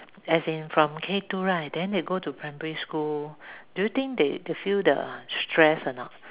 as in from K two right then they go to primary school do you think they they feel the the stress or not